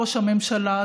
ראש הממשלה,